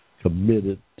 committed